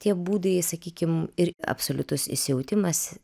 tie būdai sakykim ir absoliutus įsijautimas